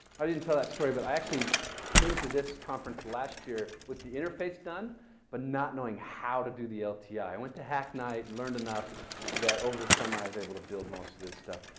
i didn't tell that straight but i actually came to this conference last year with the interface done but not knowing how to do the lti. i went to hack night, and learned enough that over the summer i was able to build most of this stuff.